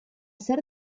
zer